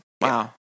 Wow